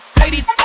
ladies